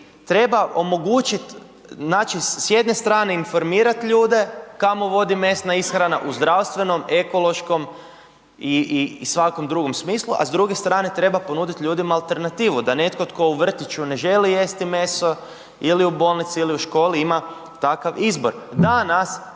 treba omogućih znači s jedne informirat ljude kamo vodi mesna ishrana u zdravstvenom, ekološkom i svakom drugom smislu, a s druge strane treba ponuditi ljudima alternativu da netko tko u vrtiću ne želi jesti meso ili u bolnici ili u školi ima takav izbor.